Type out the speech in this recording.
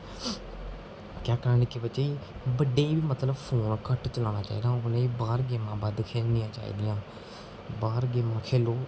के आखना निक्के बच्चें गी बडे़ गी मतलब फोन घट्ट चलाना चाहिदा उ'नेंगी बी बाह्र गेमां बद्ध खेढनी चाहिदियां बाहर गेमां खेढो